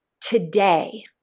today